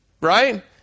right